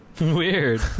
Weird